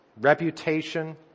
reputation